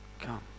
Come